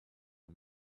and